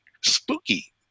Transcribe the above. spooky